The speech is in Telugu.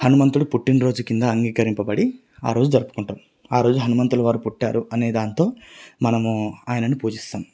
హనుమంతుడు పుట్టిన రోజు క్రింద అంగీకరింపబడి ఆరోజు జరుపుకుంటాము ఆరోజు హనుమంతుల వారు పుట్టారు అనే దానితో మనము ఆయనని పూజిస్తాము